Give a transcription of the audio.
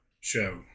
show